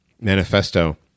manifesto